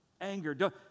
Anger